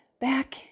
back